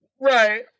right